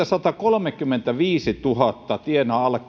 satakolmekymmentäviisituhatta tienaa alle